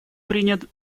принят